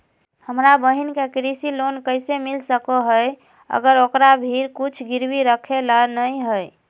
हमर बहिन के कृषि लोन कइसे मिल सको हइ, अगर ओकरा भीर कुछ गिरवी रखे ला नै हइ?